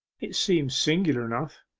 it seems singular enough,